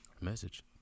message